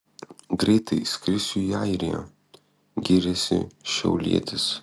greitai skrisiu į airiją gyrėsi šiaulietis